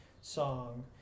song